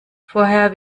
vorher